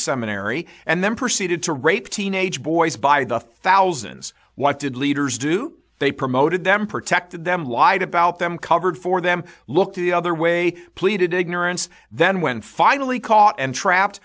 seminary and then proceeded to rape teenage boys by the thousands what did leaders do they promoted them protected them lied about them covered for them looked the other way pleaded ignorance then when finally caught and trapped